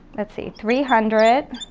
let's see, three hundred.